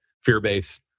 fear-based